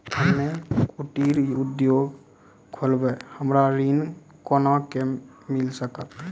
हम्मे कुटीर उद्योग खोलबै हमरा ऋण कोना के मिल सकत?